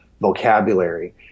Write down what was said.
vocabulary